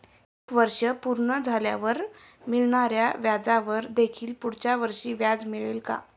एक वर्ष पूर्ण झाल्यावर मिळणाऱ्या व्याजावर देखील पुढच्या वर्षी व्याज मिळेल का?